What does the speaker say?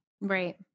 Right